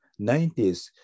90s